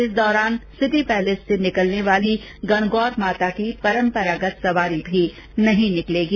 इस दौरान City Palace से निकलने वाली गणगौर माता की परंपरागत सवारी भी नहीं निकलेगी